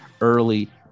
early